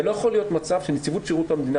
ולא יכול להיות מצב שנציבות שירות המדינה